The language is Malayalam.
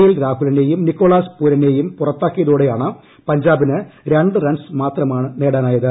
എൽ ്യാപ്മുലിനെയും നിക്കോളാസ് പൂരനെയും പുറത്താക്കിയതോടെ പ്പഞ്ചാബിന് രണ്ട് റൺസ് മാത്രമാണ് നേടാനായത്